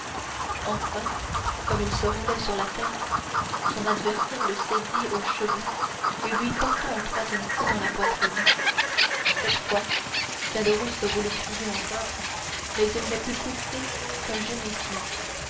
enfin comme il se roulait sur la terre son adversaire le saisit aux cheveux et lui porta un troisième coup dans la poitrine cette fois caderousse voulut crier encore mais il ne put pousser qu'un gémissement